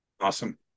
Awesome